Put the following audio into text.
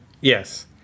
Yes